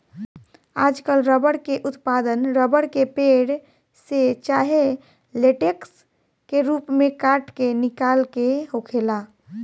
आजकल रबर के उत्पादन रबर के पेड़, से चाहे लेटेक्स के रूप में काट के निकाल के होखेला